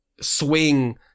swing